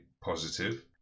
positive